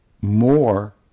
more